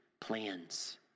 plans